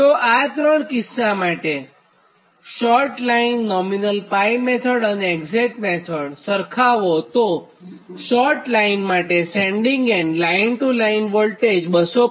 તો આ ત્રણ કિસ્સા શોર્ટ લાઇનનોમિનલ 𝜋 મેથડ અને એક્ઝેટ મેથડ સરખાવોતો શોર્ટ લાઇન માટે sending end line to line voltage 235